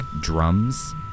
Drums